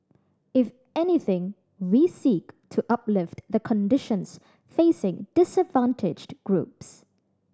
if anything we seek to uplift the conditions facing disadvantaged groups